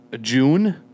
June